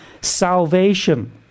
salvation